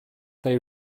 they